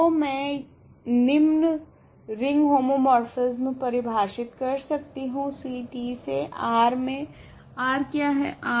तो मैं यह निम्न रिंग होमोमोर्फिस्म परिभाषित कर सकती हूँ C t से R मे R क्या है